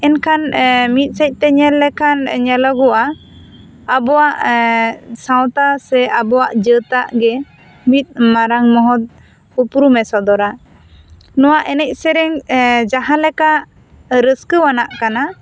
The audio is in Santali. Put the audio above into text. ᱮᱱᱠᱷᱟᱱ ᱢᱤᱫ ᱥᱮᱫ ᱛᱮ ᱧᱮᱞ ᱞᱮᱠᱷᱟᱱ ᱧᱮᱞᱚᱜᱚᱜᱼᱟ ᱟᱵᱚᱣᱟᱜ ᱥᱟᱣᱛᱟ ᱥᱮ ᱟᱵᱚᱣᱟᱜ ᱡᱟᱹᱛᱟᱜ ᱜᱮ ᱢᱤᱫ ᱢᱟᱨᱟᱝ ᱢᱚᱦᱚᱛ ᱩᱯᱨᱩᱢ ᱮ ᱥᱚᱫᱚᱨᱟ ᱱᱚᱣᱟ ᱮᱱᱮᱡ ᱥᱮᱨᱮᱧ ᱡᱟᱦᱟᱸ ᱞᱮᱠᱟ ᱨᱟᱹᱥᱠᱟᱹᱣ ᱟᱱᱟᱜ ᱠᱟᱱᱟ